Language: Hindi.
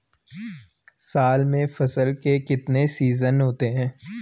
साल में फसल के कितने सीजन होते हैं?